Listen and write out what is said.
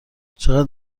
چقدر